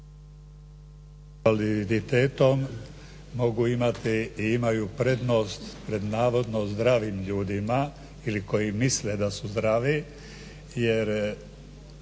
invaliditetom mogu imati i imaju prednost pred navodno zdravim ljudima ili koji misle da su zdravi jer